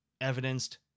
evidenced